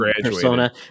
persona